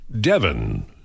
Devon